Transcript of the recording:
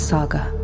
Saga